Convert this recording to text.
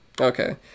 Okay